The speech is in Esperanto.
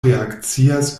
reakcias